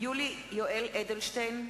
יולי יואל אדלשטיין,